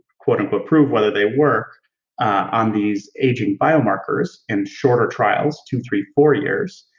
quote-unquote prove whether they work on these aging biomarkers in shorter trials, two, three, four years,